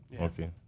okay